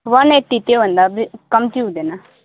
one eighty त्योभन्दा बे कम्ती हुँदैन